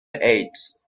ایدز